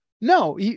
No